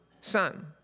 Son